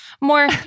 more